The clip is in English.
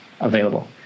available